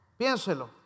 Piénselo